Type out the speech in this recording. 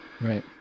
Right